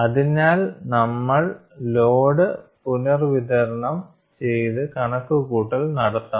അതിനാൽ നമ്മൾ ലോഡ് പുനർവിതരണം ചെയ്ത് കണക്കുകൂട്ടൽ നടത്തണം